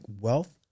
wealth